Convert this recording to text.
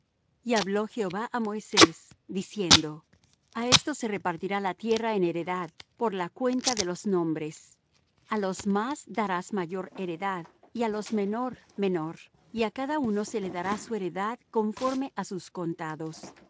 y habló jehová á moisés diciendo a estos se repartirá la tierra en heredad por la cuenta de los nombres a los más darás mayor heredad y á los menos menor y á cada uno se le dará su heredad conforme á sus contados